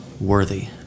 Worthy